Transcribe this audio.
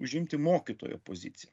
užimti mokytojo poziciją